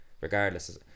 regardless